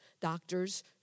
doctors